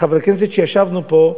לחברי הכנסת שישבו פה,